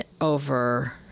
over